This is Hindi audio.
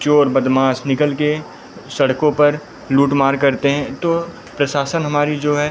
चोर बदमाश निकलकर सड़कों पर लूटमार करते हैं तो प्रशासन हमारी जो है